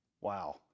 Wow